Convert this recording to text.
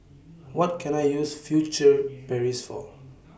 What Can I use Furtere Paris For